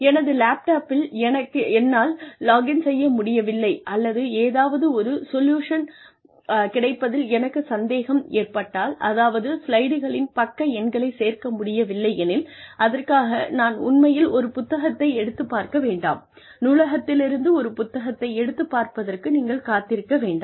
எனது லேப்டாப்பில் என்னால் லாகின் செய்ய முடியவில்லை அல்லது ஏதாவது ஒரு சொலுஷன் கிடைப்பதில் எனக்குச் சந்தேகம் ஏற்பட்டால் அதாவது ஸ்லைடுகளில் பக்க எண்களை சேர்க்க முடியவில்லை எனில் அதற்காக நான் உண்மையில் ஒரு புத்தகத்தை எடுத்துப் பார்க்க வேண்டாம் நூலகத்திலிருந்து ஒரு புத்தகத்தை எடுத்துப் பார்ப்பதற்கு நீங்கள் காத்திருக்க வேண்டாம்